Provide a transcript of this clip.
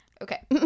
Okay